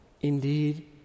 Indeed